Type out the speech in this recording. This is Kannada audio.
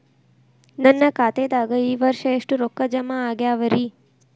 ನನ್ನ ಖಾತೆದಾಗ ಈ ವರ್ಷ ಎಷ್ಟು ರೊಕ್ಕ ಜಮಾ ಆಗ್ಯಾವರಿ?